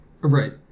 Right